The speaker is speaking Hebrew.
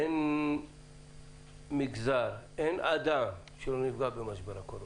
אין מגזר, אין אדם שלא נפגע במשבר הקורונה.